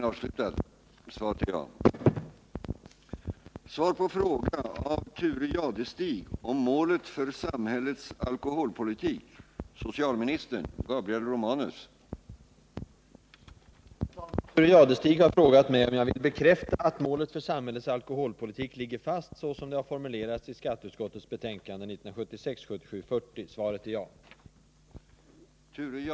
Herr talman! Thure Jadestig har frågat mig om jag vill bekräfta att målet för samhällets alkoholpolitik ligger fast såsom det har formulerats i skatteutskottets betänkande 1976/77:40. Svaret är ja.